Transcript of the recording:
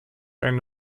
eine